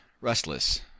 restless